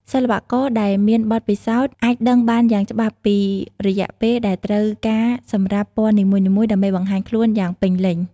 សិល្បករដែលមានបទពិសោធន៍អាចដឹងបានយ៉ាងច្បាស់ពីរយៈពេលដែលត្រូវការសម្រាប់ពណ៌នីមួយៗដើម្បីបង្ហាញខ្លួនយ៉ាងពេញលេញ។